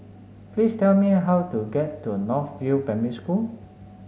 please tell me how to get to North View Primary School